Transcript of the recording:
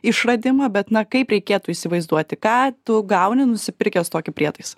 išradimą bet na kaip reikėtų įsivaizduoti ką tu gauni nusipirkęs tokį prietaisą